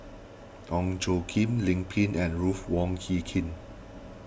Ong Tjoe Kim Lim Pin and Ruth Wong Hie King